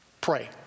Pray